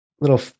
little